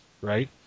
right